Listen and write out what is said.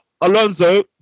Alonso